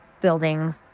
building